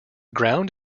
ground